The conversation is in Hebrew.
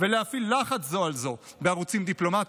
ולהפעיל לחץ זו על זו בערוצים דיפלומטיים.